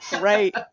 Right